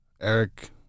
Eric